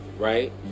Right